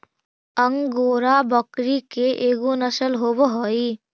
angora बकरी के एगो नसल होवऽ हई